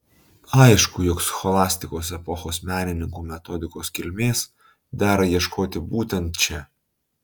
aišku jog scholastikos epochos menininkų metodikos kilmės dera ieškoti būtent čia